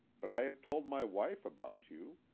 but i have told my wife about you,